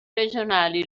regionali